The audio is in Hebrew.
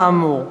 כאמור.